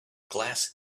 glass